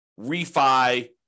refi